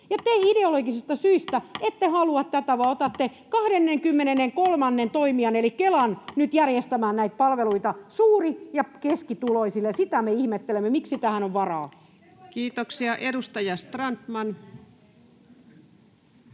ideologisista syistä ette halua tätä, vaan otatte 23:nnen toimijan eli Kelan nyt järjestämään näitä palveluita suuri- ja keskituloisille. Sitä me ihmettelemme, miksi tähän on varaa. Kiitoksia. — Edustaja Strandman.